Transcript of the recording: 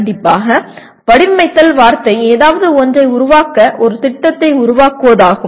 கண்டிப்பாக வடிவமைத்தல் வார்த்தை ஏதாவது ஒன்றை உருவாக்க ஒரு திட்டத்தை உருவாக்குவதாகும்